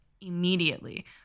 immediately